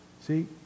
See